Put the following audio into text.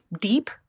deep